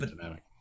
dynamic